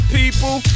people